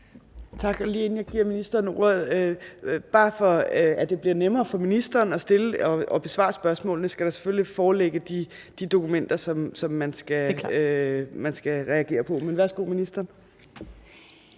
lige inden jeg giver ministeren ordet, vil jeg, bare for at det bliver nemmere for ministeren at besvare spørgsmålene, sige, at der selvfølgelig skal foreligge de dokumenter, som man skal reagere på. Men værsgo til ministeren.